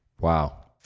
Wow